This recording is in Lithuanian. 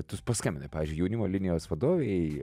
tu paskambinai pavyzdžiui jaunimo linijos vadovei